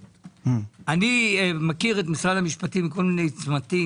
אני מכיר את משרד המשפטים מכל מיני צמתים